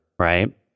Right